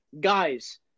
guys